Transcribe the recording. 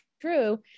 true